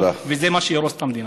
וזה מה שיהרוס את המדינה.